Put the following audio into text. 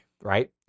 right